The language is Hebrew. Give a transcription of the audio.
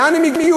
לאן הם הגיעו?